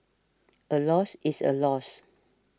a loss is a loss